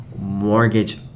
mortgage